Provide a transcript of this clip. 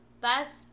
best